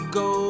go